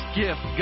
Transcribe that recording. gift